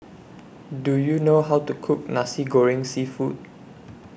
Do YOU know How to Cook Nasi Goreng Seafood